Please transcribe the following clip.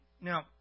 Now